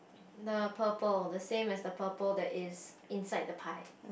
the purple the same as the purple that is inside the pie